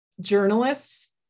journalists